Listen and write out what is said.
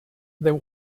there